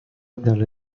dalle